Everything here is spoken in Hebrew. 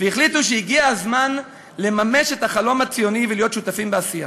והחליטו שהגיע הזמן לממש את החלום הציוני ולהיות שותפים בעשייה.